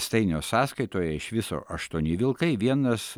stainio sąskaitoje iš viso aštuoni vilkai vienas